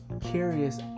curious